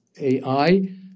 AI